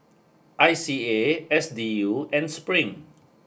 I C A S D U and spring